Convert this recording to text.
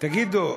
עיסאווי, תגידו,